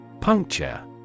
Puncture